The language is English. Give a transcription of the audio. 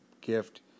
gift